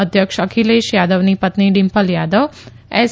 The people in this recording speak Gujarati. અધ્યક્ષ અખિલેશ યાદવની પત્ની ડિમ્પલ યાદવ એસ